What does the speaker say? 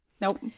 Nope